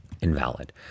invalid